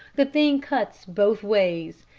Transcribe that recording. the thing cuts both ways.